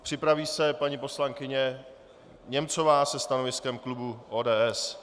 Připraví se paní poslankyně Němcová se stanoviskem klubu ODS.